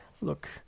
look